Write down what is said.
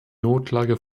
notlage